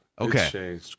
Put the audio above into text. Okay